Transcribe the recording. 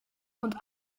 und